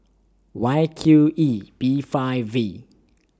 Y Q E B five V